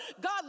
God